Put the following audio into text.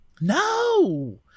No